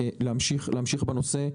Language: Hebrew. להמשיך בנושא.